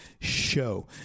Show